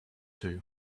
two